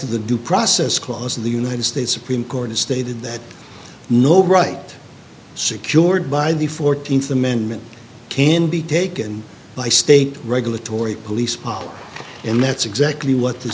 to the due process clause of the united states supreme court stated that no right secured by the fourteenth amendment can be taken by state regulatory police powers and that's exactly what th